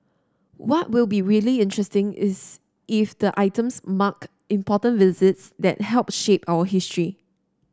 what will be really interesting is if the items marked important visits that helped shape our history